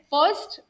First